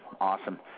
Awesome